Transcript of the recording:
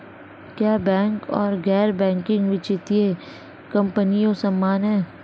क्या बैंक और गैर बैंकिंग वित्तीय कंपनियां समान हैं?